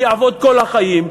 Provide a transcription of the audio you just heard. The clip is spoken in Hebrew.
ואני אעבוד כל החיים,